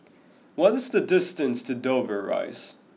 what is the distance to Dover Rise